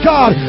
God